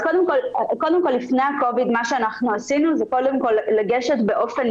אז קודם כל לפני ה-covid מה שאנחנו עשינו זה לגשת באופן